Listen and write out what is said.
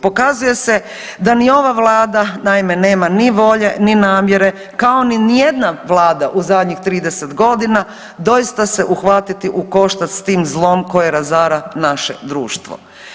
Pokazuje se da ni ova Vlada naime nema ni volje, ni namjere kao ni niti jedna vlada u zadnjih 30 godina doista se uhvatiti u koštac s tim zlom koji razara naše društvo.